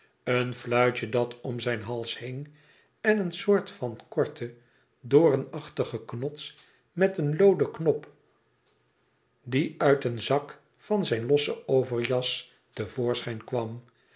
een fluitje dat om zijn hals hing en een soort van korte doornachtige knots met een looden knop die uit een zak van zijne losse overjas te voorschijn kwam